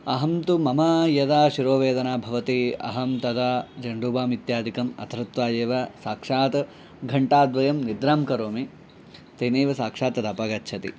अहं तु मम यदा शिरोवेदना भवति अहं तदा झण्डुबाम् इत्यादिकं अथवा एव साक्षात् घण्टाद्वयं निद्रां करोमि तेनैव साक्षात् तदपगच्छति